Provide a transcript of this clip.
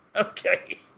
Okay